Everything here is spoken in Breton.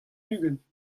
ugent